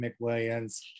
McWilliams